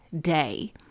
day